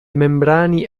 membrane